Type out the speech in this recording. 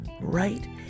right